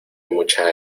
mucha